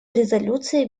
резолюции